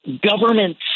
government